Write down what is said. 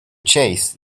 chase